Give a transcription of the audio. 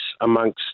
amongst